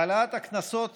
העלאת הקנסות